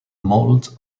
moulds